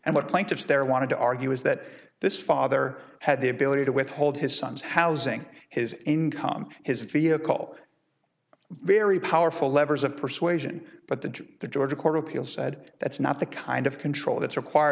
and what plaintiffs there want to argue is that this father had the ability to withhold his son's housing his income his vehicle very powerful levers of persuasion but the the georgia court of appeals said that's not the kind of control